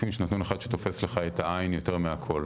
לפעמים יש נתון אחד שטופס לך את העין יותר מהכל.